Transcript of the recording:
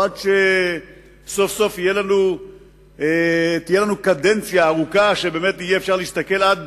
או עד שסוף-סוף תהיה לנו קדנציה ארוכה שבאמת יהיה אפשר להסתכל עד